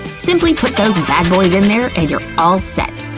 simply put those and bad boys in there and you're all set!